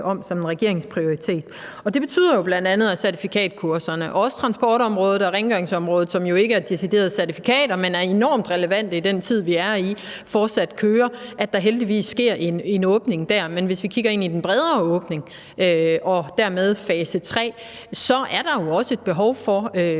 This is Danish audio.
om som regeringens prioritet. Det betyder jo bl.a., at certifikatkurserne og også transportområdet og rengøringsområdet, hvor det jo ikke er deciderede certifikater, men er enormt relevante i den tid, vi er i, fortsat kører, altså at der heldigvis sker en åbning der. Men hvis vi kigger ind i den bredere åbning og dermed fase tre, er der jo også et behov for,